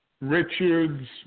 Richards